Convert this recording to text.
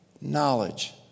knowledge